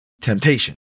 temptation